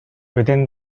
within